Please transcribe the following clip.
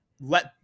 let